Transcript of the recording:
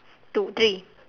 two three